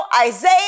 Isaiah